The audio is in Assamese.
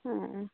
অঁ অঁ